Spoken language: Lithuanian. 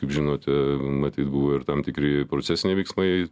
kaip žinote matyt buvo ir tam tikri procesiniai veiksmai